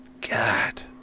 God